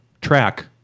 track